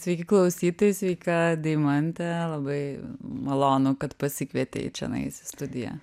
sveiki klausytojai sveika deimante labai malonu kad pasikvietei čionais į studiją